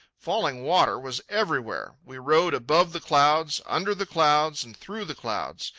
falling water was everywhere. we rode above the clouds, under the clouds, and through the clouds!